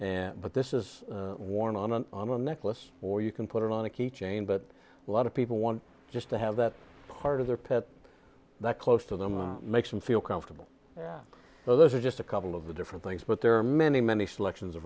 it but this is worn on an on a necklace or you can put it on a key chain but a lot of people want just to have that part of their pet that close to them and makes them feel comfortable so those are just a couple of the different things but there are many many selections